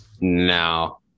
No